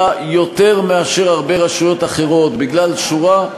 יותר מאשר הרבה רשויות אחרות בגלל שורה,